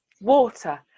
water